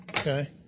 Okay